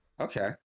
Okay